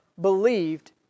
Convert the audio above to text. believed